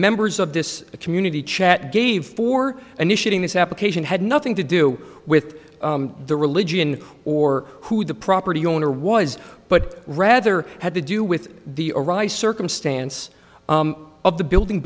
members of this community chat gave for a new shooting this application had nothing to do with the religion or who the property owner was but rather had to do with the arise circumstance of the building